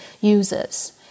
users